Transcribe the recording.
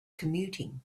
commuting